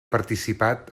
participat